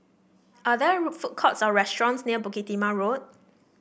are there food courts or restaurants near Bukit Timah Road